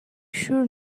sure